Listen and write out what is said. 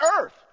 earth